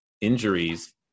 injuries